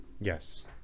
yes